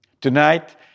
Tonight